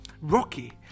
Rocky